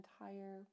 entire